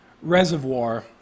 reservoir